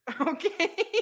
Okay